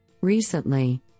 Recently